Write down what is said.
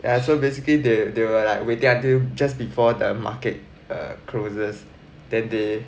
yeah so basically they they were like wait until just before the market err closes then they